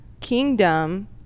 kingdom